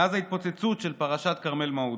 מאז ההתפוצצות של פרשת כרמל מעודה.